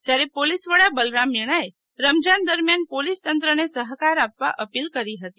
જ્યારે પોલીસ વડા બલરામ મીણાએ રમઝાન દરમ્યાન પોલીસ તંત્ર ને સહકાર આપવા અપીલ કરી હતી